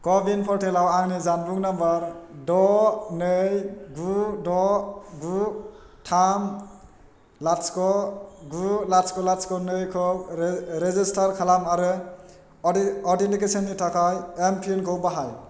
क'विन पर्टेलाव आंनि जानबुं नम्बर द' नै गु द' गु थाम लाथिख' गु लाथिख' लाथिख' नै खौ रेजिस्टार खालाम आरो अथिन्टिकेसननि थाखाय एमपिनखौ बाहाय